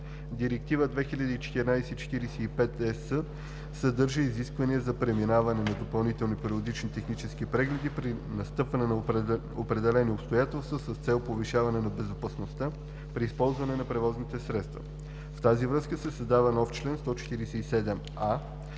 Директива 2014/45/ЕС съдържа изисквания за преминаване на допълнителни периодични технически прегледи при настъпване на определени обстоятелства с цел повишаване на безопасността при използване на превозните средства. В тази връзка се създава нов чл. 147а,